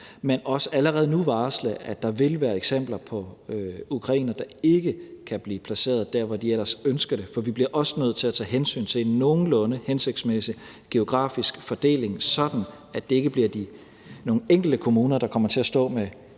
vil også allerede nu varsle, at der vil være eksempler på ukrainere, der ikke kan blive placeret der, hvor de ellers ønsker det. For vi bliver også nødt til at tage hensyn til en nogenlunde hensigtsmæssig geografisk fordeling, sådan at det ikke bliver nogle enkelte kommuner, der kommer til at stå med